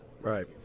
right